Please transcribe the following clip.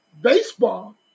baseball